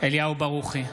אליהו ברוכי,